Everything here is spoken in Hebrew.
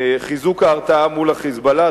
חיזוק ההרתעה מול ה"חיזבאללה",